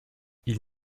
ils